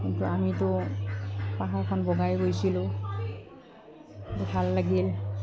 কিন্তু আমিতো পাহাৰখন বগাই গৈছিলোঁ ভাল লাগিল